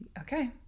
Okay